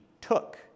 took